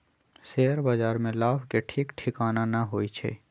share बाजार में लाभ के ठीक ठिकाना न होइ छइ